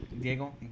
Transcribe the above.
Diego